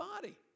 body